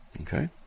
Okay